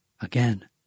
Again